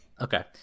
Okay